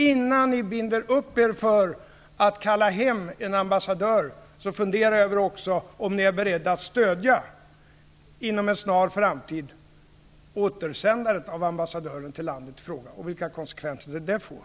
Innan ni binder upp er för att kalla hem en ambassadör, fundera också över om ni är beredda att inom en snar framtid stödja återsändandet av ambassadören till landet i fråga, och vilka konsekvenser det får.